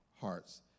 hearts